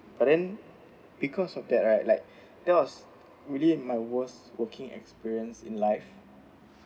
but then because of that right like that was really in my worst working experience in life